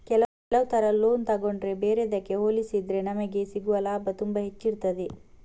ಕೆಲವು ತರ ಲೋನ್ ತಗೊಂಡ್ರೆ ಬೇರೆದ್ದಕ್ಕೆ ಹೋಲಿಸಿದ್ರೆ ನಮಿಗೆ ಸಿಗುವ ಲಾಭ ತುಂಬಾ ಹೆಚ್ಚಿರ್ತದೆ